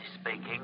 speaking